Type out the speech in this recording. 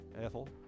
Ethel